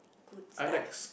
good stuff